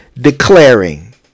declaring